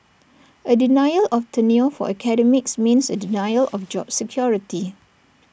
A denial of tenure for academics means A denial of job security